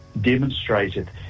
demonstrated